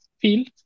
field